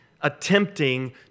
attempting